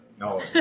No